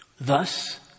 Thus